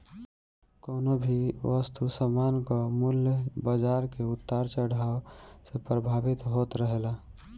कवनो भी वस्तु सामान कअ मूल्य बाजार के उतार चढ़ाव से प्रभावित होत रहेला